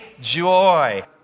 joy